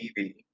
TV